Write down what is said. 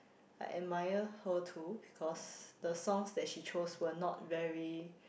I admire her too because the songs that she chose were not very